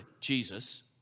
Jesus